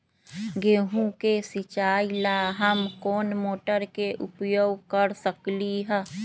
गेंहू के सिचाई ला हम कोंन मोटर के उपयोग कर सकली ह?